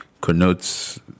connotes